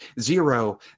Zero